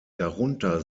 darunter